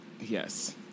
Yes